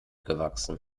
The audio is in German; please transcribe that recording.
gewachsen